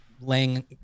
laying